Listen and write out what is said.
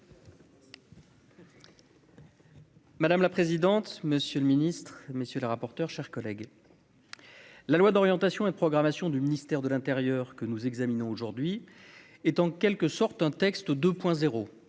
Madame la présidente, monsieur le ministre, messieurs les rapporteurs, chers collègues, la loi d'orientation et de programmation du ministère de l'Intérieur que nous examinons aujourd'hui est en quelque sorte un texte 2,0,